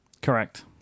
Correct